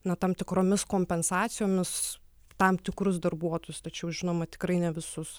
na tam tikromis kompensacijomis tam tikrus darbuotojus tačiau žinoma tikrai ne visus